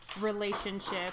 relationship